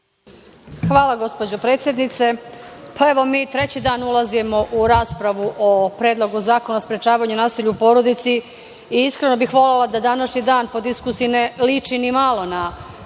Hvala, gospođo predsednice. Pa, evo, mi treći dan ulazimo u raspravu o Predlogu zakona o sprečavanjunasilja u porodici i iskreno bih volela da današnji dan po diskusiji ne liči ni malo na